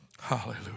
Hallelujah